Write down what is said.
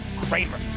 kramer